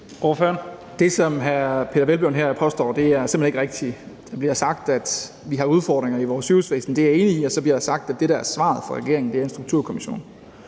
Det, som hr. Peder Hvelplund påstår her, er simpelt hen ikke rigtigt. Der bliver sagt, at vi har udfordringer i vores sygehusvæsen, og det er jeg enig i, og så bliver der sagt, at det, der er svaret fra regeringen, er en Sundhedsstrukturkommission.